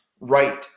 right